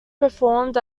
performed